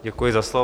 Děkuju za slovo.